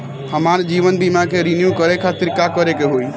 हमार जीवन बीमा के रिन्यू करे खातिर का करे के होई?